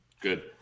Good